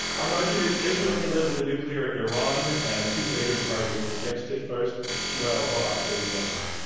our motion is israel can live with a nuclear iran. and two debaters arguing against it first, shmuel bar, ladies and gentlemen.